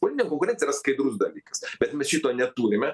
politinė konkurencija yra skaidrus dalykas bet mes šito neturime